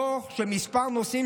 תוך שכמה נושאים